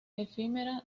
efímera